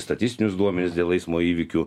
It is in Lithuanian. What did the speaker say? statistinius duomenis dėl eismo įvykių